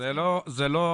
זה לא תקף,